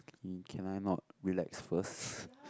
mm can I not relax first